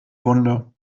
wunde